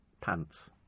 pants